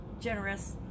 generous